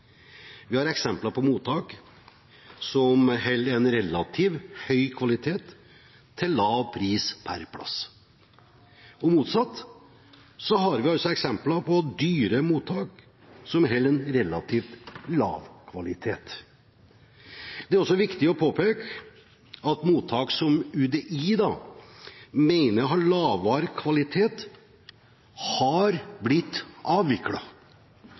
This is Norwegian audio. Vi har eksempler på mottak som holder en relativt høy kvalitet til lav pris per plass – og motsatt har vi eksempler på dyre mottak som holder en relativt lav kvalitet. Det er også viktig å påpeke at mottak som UDI mener har lavere kvalitet, har blitt